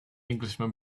englishman